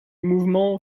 mouvement